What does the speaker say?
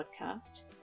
podcast